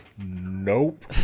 nope